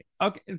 Okay